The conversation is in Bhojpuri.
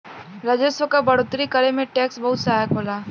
राजस्व क बढ़ोतरी करे में टैक्स बहुत सहायक होला